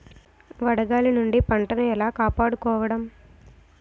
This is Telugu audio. వడగాలి నుండి పంటను ఏలా కాపాడుకోవడం?